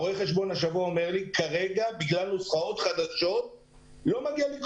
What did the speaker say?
הרואה חשבון אומר לי שכרגע לא מגיע לי כלום.